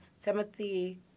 Timothy